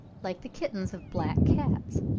like the kittens of black cats,